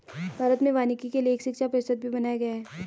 भारत में वानिकी के लिए एक शिक्षा परिषद भी बनाया गया है